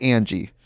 Angie